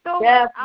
Yes